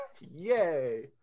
yay